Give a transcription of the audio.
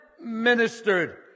ministered